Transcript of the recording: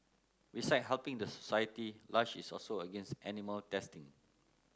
besides helping the society Lush is also against animal testing